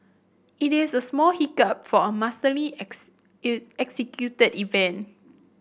it is a small hiccup for a masterly executed event